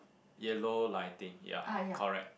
yellow lighting ya correct